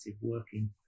working